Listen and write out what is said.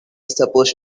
supposed